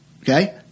Okay